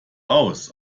aus